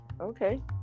Okay